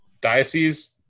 diocese